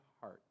heart